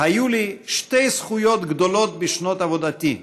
"היו לי שתי זכויות גדולות בשנות עבודתי",